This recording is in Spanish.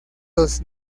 los